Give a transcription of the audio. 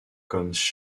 comme